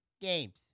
games